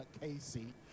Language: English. Casey